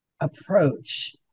approach